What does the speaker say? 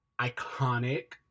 iconic